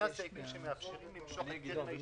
"(ג)הגידול בסכום